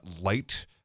light